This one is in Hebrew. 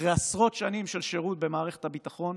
אחרי עשרות שנים של שירות במערכת הביטחון,